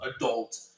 adult